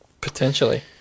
Potentially